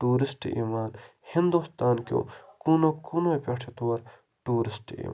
tourist یِوان ہِندوستان کیو کوٗنو کوٗنو پٮ۪ٹھ چھِ تور ٹوٗرِسٹ یِوان